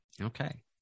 Okay